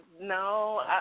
No